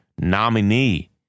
nominee